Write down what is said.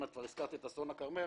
אם כבר הזכרת את אסון הכרמל,